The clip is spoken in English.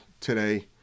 today